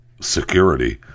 security